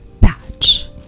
batch